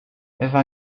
ewa